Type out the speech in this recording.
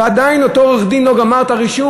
ועדיין אותו עורך-דין לא גמר את הרישום.